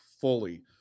fully